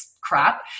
crap